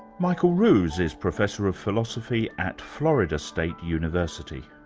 michael ruse is professor of philosophy at florida state university.